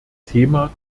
thema